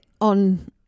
on